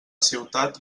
ciutat